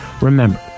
Remember